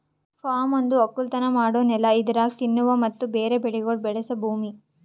form ಒಂದು ಒಕ್ಕಲತನ ಮಾಡೋ ನೆಲ ಇದರಾಗ್ ತಿನ್ನುವ ಮತ್ತ ಬೇರೆ ಬೆಳಿಗೊಳ್ ಬೆಳಸ ಭೂಮಿ